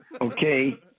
Okay